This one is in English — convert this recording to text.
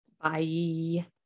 bye